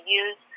use